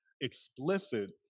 explicit